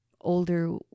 older